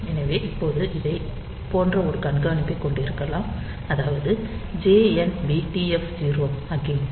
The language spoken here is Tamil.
எனவே இப்போது இதைப் போன்ற ஒரு கண்காணிப்பைக் கொண்டிருக்கலாம் அதாவது jnb TF0 அகெய்ன்